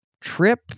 trip